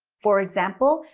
for example,